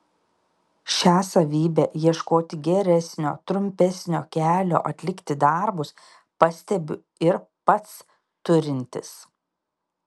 šią savybę ieškoti geresnio trumpesnio kelio atlikti darbus pastebiu ir pats turintis